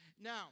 Now